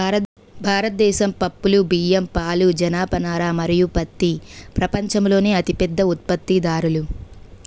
భారతదేశం పప్పులు, బియ్యం, పాలు, జనపనార మరియు పత్తి ప్రపంచంలోనే అతిపెద్ద ఉత్పత్తిదారులు